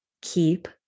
keep